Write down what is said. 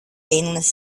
stainless